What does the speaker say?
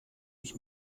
ich